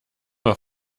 war